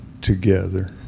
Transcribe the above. together